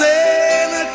Santa